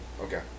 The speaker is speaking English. Okay